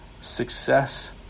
success